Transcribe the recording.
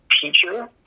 teacher